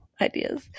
Ideas